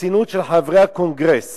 החסינות של חברי הקונגרס